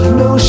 no